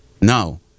Now